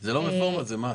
זאת לא רפורמה, זה מס.